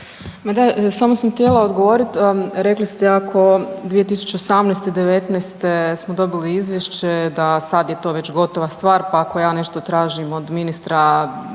samo sam htjela odgovoriti, rekli ste ako 2018., '19. smo dobili izvješće da sad je to već gotova stvar pa ako ja nešto tražim od ministra